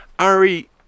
Ari